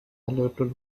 alerted